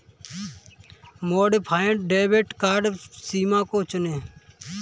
modified debit card सीमा को चुनें